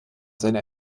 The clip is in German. seine